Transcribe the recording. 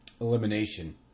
elimination